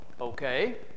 okay